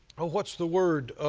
what's the word?